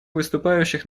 выступающих